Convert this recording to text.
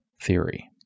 theory